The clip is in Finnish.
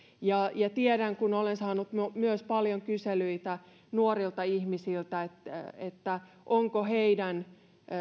kun olen saanut paljon myös kyselyitä nuorilta ihmisiltä siitä onko heillä